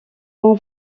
moi